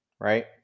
right